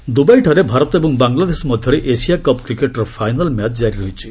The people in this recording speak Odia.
ଏସିଆ କପ୍ ଦୁବାଇଠାରେ ଭାରତ ଏବଂ ବାଂଲାଦେଶ ମଧ୍ୟରେ ଏସିଆ କପ୍ କ୍ରିକେଟ୍ର ଫାଇନାଲ୍ ମ୍ୟାଚ୍ ଜାରି ରହିଛି